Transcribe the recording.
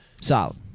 Solid